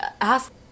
ask